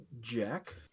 Jack